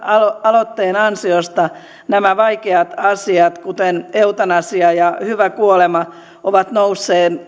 aloitteen ansiosta nämä vaikeat asiat kuten eutanasia ja hyvä kuolema ovat nousseet